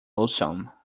lonesome